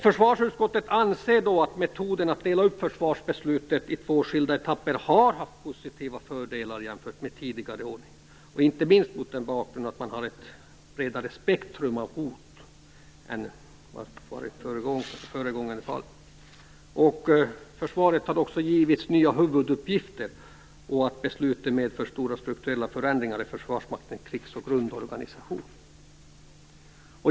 Försvarsutskottet anser att metoden att dela upp försvarsbeslutet i två skilda etapper har haft fördelar jämfört med tidigare ordning, inte minst mot bakgrund av att man har ett bredare spektrum av hot än vid tidigare beslut. Försvaret har också givits nya huvuduppgifter. Dessutom har besluten medfört strukturella förändringar i Försvarsmaktens krigs och grundorganisation.